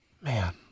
man